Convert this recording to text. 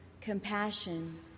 compassion